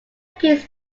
piece